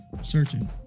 searching